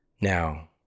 now